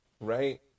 right